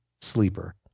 sleeper